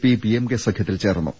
P PMK സഖ്യത്തിൽ ചേർന്നു